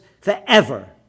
forever